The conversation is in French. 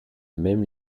même